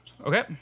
Okay